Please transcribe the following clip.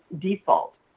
default